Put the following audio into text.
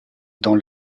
dans